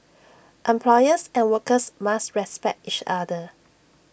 employers and workers must respect each other